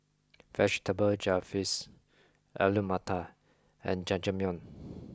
vegetable Jalfrezi Alu Matar and Jajangmyeon